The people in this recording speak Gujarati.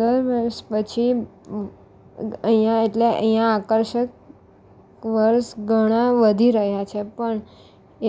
દર વર્ષ પછી અહીંયાં એટલે અહીંયાં આકર્ષક વર્ષ ઘણા વધી રહ્યા છે પણ